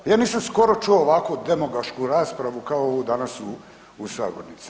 Ja nisam skoro čuo ovako demagošku raspravu kao ovu danas u sabornici.